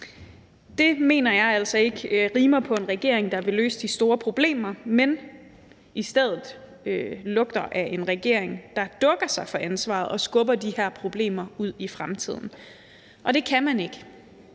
Det mener jeg altså ikke rimer på en regering, der vil løse de store problemer, men i stedet lugter af en regering, der dukker sig for ansvaret og skubber de her problemer ud i fremtiden. Det kan man ikke.